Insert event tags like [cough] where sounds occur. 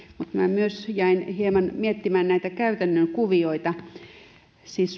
myös jäin hieman miettimään näitä käytännön kuvioita siis [unintelligible]